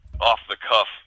off-the-cuff